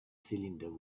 cylinder